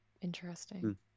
Interesting